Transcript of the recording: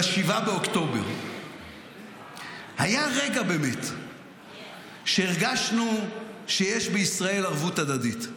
ב-7 באוקטובר היה רגע שהרגשנו שיש בישראל ערבות הדדית,